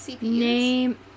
name